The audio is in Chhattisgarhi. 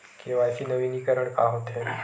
के.वाई.सी नवीनीकरण का होथे?